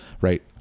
Right